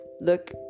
look